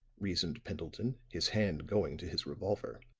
reasoned pendleton, his hand going to his revolver.